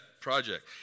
project